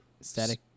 Static